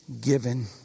given